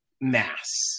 mass